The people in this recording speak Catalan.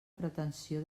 pretensió